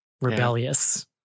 rebellious